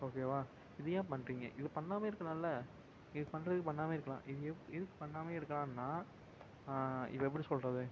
ஓகேவா இது ஏன் பண்ணுறீங்க இதைப் பண்ணாமையே இருக்கலாமில்ல இதைப் பண்ணுறதுக்கு பண்ணாமையே இருக்கலாம் இது எப் எதுக்கு பண்ணாமையே இருக்கலான்னால் இதை எப்படி சொல்கிறது